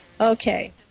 Okay